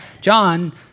John